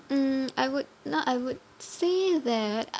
mm I would not I would say that